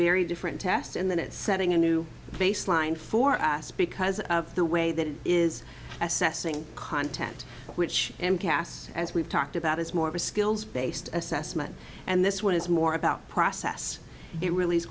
very different test and then it setting a new baseline for ass because of the way that it is assessing content which and cast as we've talked about is more of a skills based assessment and this one is more about process it really is